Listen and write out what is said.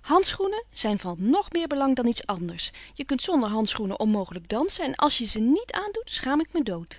handschoenen zijn van nog meer belang dan iets anders je kunt zonder handschoenen onmogelijk dansen en als je ze niet aandoet schaam ik me dood